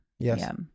Yes